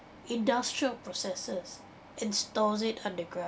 industrial processes and stores it underground